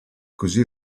così